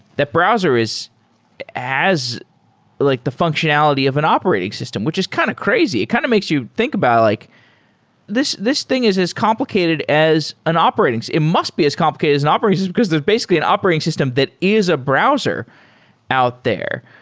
that browser is as like the functionality of an operating system, which is kind of crazy. it kind of makes you think about like this this thing is as complicated as an operating it must be as complicated as an operating system, because there's basically an operating system that is a browser out there.